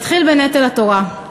נתחיל בנטל התורה.